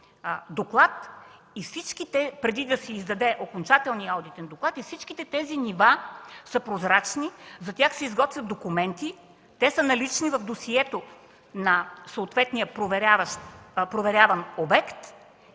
преди да се издаде окончателният одитен доклад. Всичките тези нива са прозрачни, за тях се изготвят документи, те са налични в досието на съответния проверяван обект,